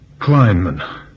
Kleinman